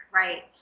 right